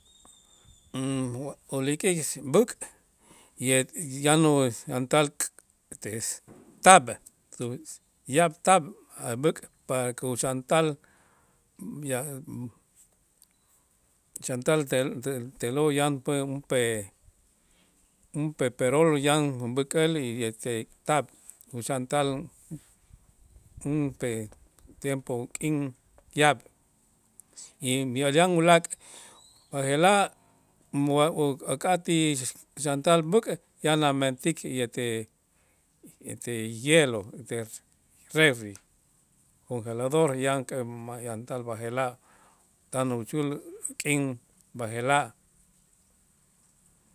Ulik'il si b'äk' yet yan uyantal taab' yaab' taab' a' b'äk' pa kuxantal ya chantal te- te- te'lo' yan pues un pe un pe- perol yan b'äk'el y este taab' uxantal junpee tiempo k'in yaab' y miyaj yan ulaak' b'aje'laj o ak'atij xantal b'äk' yan amentik yete ete hielo ete refri conjelador yan que ma' yantal b'aje'laj tan uxul k'in b'aje'laj.